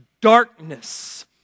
darkness